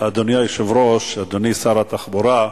אדוני היושב-ראש, אדוני שר התחבורה,